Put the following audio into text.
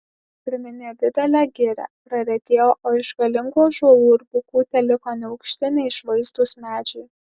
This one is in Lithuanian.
priminė didelę girią praretėjo o iš galingų ąžuolų ir bukų teliko neaukšti neišvaizdūs medžiai